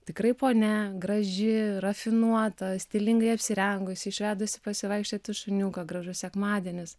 tikrai ponia graži rafinuota stilingai apsirengusi išvedusi pasivaikščioti šuniuką gražus sekmadienis